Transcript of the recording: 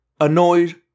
annoyed